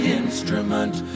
instrument